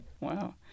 Wow